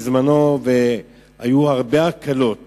היו הרבה הקלות